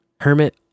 Hermit